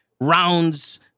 rounds